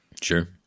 sure